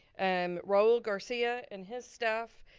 and raul garcia, and his staff,